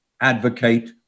advocate